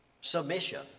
submission